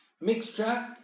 mixture